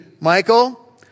Michael